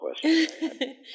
question